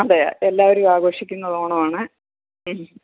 അതെ എല്ലാവരും ആഘോഷിക്കുന്നത് ഓണമാണ്